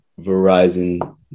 Verizon